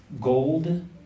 gold